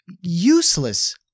useless